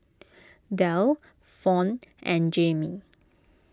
Delle Fawn and Jaime